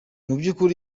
by’umwihariko